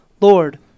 lord